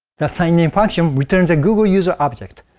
the sign-in function returns a google user object.